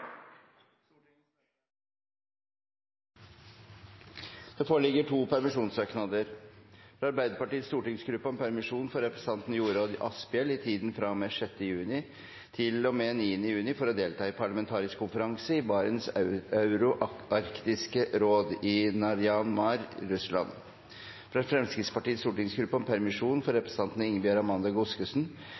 Det foreligger to permisjonssøknader: fra Arbeiderpartiets stortingsgruppe om permisjon for representanten Jorodd Asphjell i tiden fra og med 6. juni til og med 9. juni for å delta i parlamentarikerkonferansen i Barents euro-arktiske råd i Naryan-Mar i Russland fra Fremskrittspartiets stortingsgruppe om permisjon for representanten